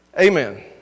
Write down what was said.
Amen